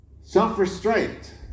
self-restraint